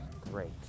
Great